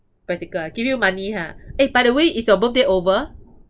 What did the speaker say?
practical ah give you money ha eh by the way is your birthday over